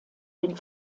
den